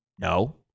No